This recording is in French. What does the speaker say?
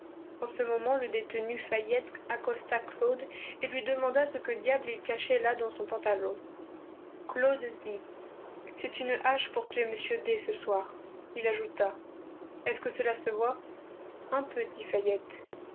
en ce moment le détenu faillette accosta claude et lui demanda ce que diable il cachait là dans son pantalon claude dit c'est une hache pour tuer m d ce soir il ajouta est-ce que cela se voit un peu dit